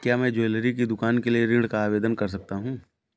क्या मैं ज्वैलरी की दुकान के लिए ऋण का आवेदन कर सकता हूँ?